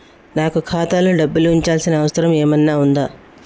నాకు ఖాతాలో డబ్బులు ఉంచాల్సిన అవసరం ఏమన్నా ఉందా?